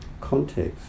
context